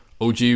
OG